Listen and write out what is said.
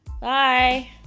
Bye